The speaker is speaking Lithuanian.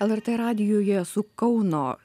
lrt radijuje su kauno